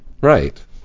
Right